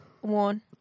one